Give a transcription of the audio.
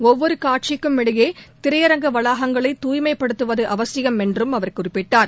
ஒவ்வொரு காட்சிக்கும் இடையே திரையரங்கு வளாகங்களை தூய்மைப்படுத்துவது அவசியம் என்று அவர் தெரிவித்தார்